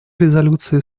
резолюции